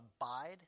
abide